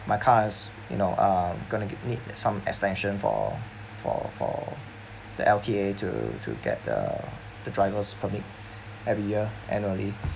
my cars you know um going to give me some extension for for for the L_T_A to to get the the driver's permit every year annually